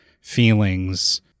feelings